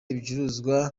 ibicuruzwa